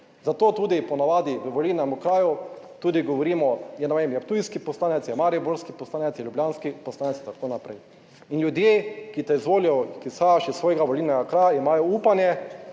Zato tudi po navadi v volilnem okraju tudi govorimo, je, ne vem, je ptujski poslanec, je mariborski poslanec, je ljubljanski poslanec in tako naprej in ljudje, ki te izvolijo, izhajaš iz svojega volilnega okraja, imajo upanje